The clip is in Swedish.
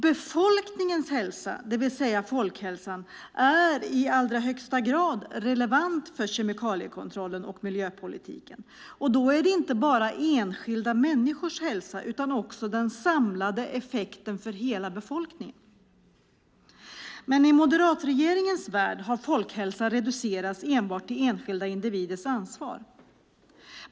Befolkningens hälsa, det vill säga folkhälsan, är i allra högsta grad relevant för kemikaliekontrollen och miljöpolitiken. Det gäller inte bara enskilda människors hälsa utan också den samlade effekten för hela befolkningen. I moderatregeringens värld har dock folkhälsa reducerats till enbart enskilda individers ansvar.